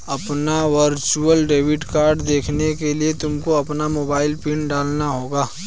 अपना virtual debit card देखने के लिए तुमको अपना मोबाइल पिन डालना होगा